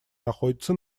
находится